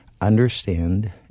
understand